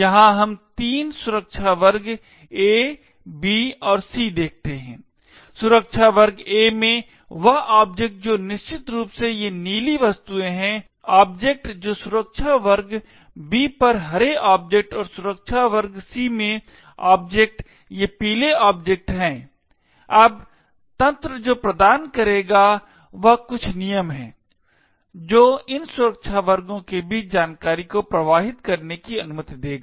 यहाँ हम तीन सुरक्षा वर्ग A B और C देखते हैं सुरक्षा वर्ग A में वह ऑब्जेक्ट जो निश्चित रूप से ये नीली वस्तुएं है ऑब्जेक्ट जो सुरक्षा वर्ग B पर हरे ऑब्जेक्ट और सुरक्षा वर्ग C में ऑब्जेक्ट ये पीले ऑब्जेक्ट हैं अब तंत्र जो प्रदान करेगा वह कुछ नियम हैं जो इन सुरक्षा वर्गों के बीच जानकारी को प्रवाहित करने की अनुमति देगा